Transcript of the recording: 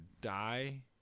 die